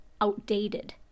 outdated